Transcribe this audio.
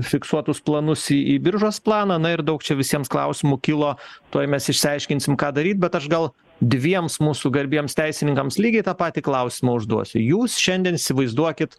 fiksuotus planus į į biržos planą na ir daug čia visiems klausimų kilo tuoj mes išsiaiškinsim ką daryt bet aš gal dviems mūsų garbiems teisininkams lygiai tą patį klausimą užduosiu jūs šiandien įsivaizduokit